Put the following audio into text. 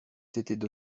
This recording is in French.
s’étaient